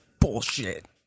bullshit